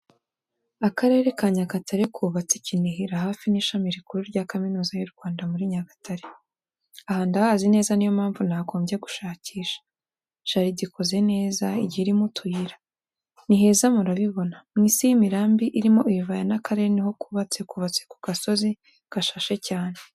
Akarere ka Nyagatare kubatse Kinihira hafi n'ishami rikuru rya kaminuza y'u Rwanda muri Nyagatare, aha ndahazi neza niyo mpamvu ntagombye gushakisha, jaride ikoze neza, igiye irimo utuyira. Ni iheza murabibona, mu Isi y'imirambi irimo ibibaya n'akarere ni ho kubatse, kubatse ku gasozi gashashe cyane.